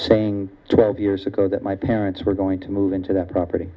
saying twelve years ago that my parents were going to move into the property